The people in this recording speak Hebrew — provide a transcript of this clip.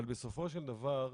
אבל בסופו של דבר,